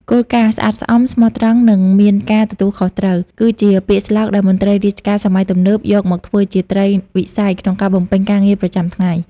គោលការណ៍ "ស្អាតស្អំ ស្មោះត្រង់ និងមានការទទួលខុសត្រូវ" គឺជាពាក្យស្លោកដែលមន្ត្រីរាជការសម័យទំនើបយកមកធ្វើជាត្រីវិស័យក្នុងការបំពេញការងារប្រចាំថ្ងៃ។